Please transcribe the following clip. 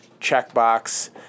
checkbox